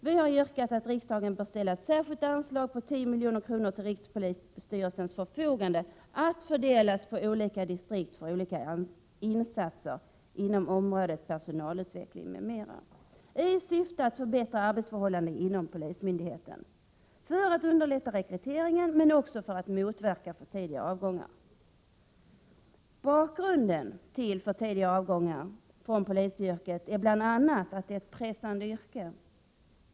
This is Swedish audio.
Vi har yrkat att riksdagen ställer ett särskilt anslag på 10 milj.kr. till rikspolisstyrelsens förfogande att fördelas på olika distrikt för olika insatser inom området personalutveckling m.m. i syfte att förbättra arbetsförhållandena inom polismyndigheten, i syfte att underlätta rekryteringen men också för att motverka för tidiga avgångar. Bakgrunden till för tidiga avgångar från polisyrket är bl.a. att det är ett pressande yrke.